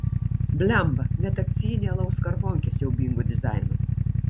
blemba net akcijinė alaus skarbonkė siaubingo dizaino